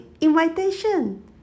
invitation